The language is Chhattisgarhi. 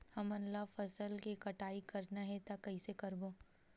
हमन ला फसल के कटाई करना हे त कइसे करबो?